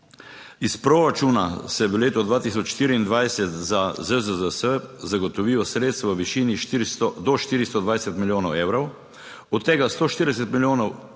Iz proračuna se v letu 2024 za ZZZS zagotovijo sredstva v višini do 420 milijonov evrov, od tega 140 milijonov